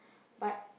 but